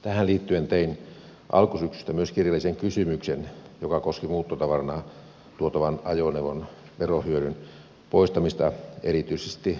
tähän liittyen tein alkusyksystä myös kirjallisen kysymyksen joka koski muuttotavarana tuotavan ajoneuvon verohyödyn poistamista erityisesti rauhanturvaajien osalta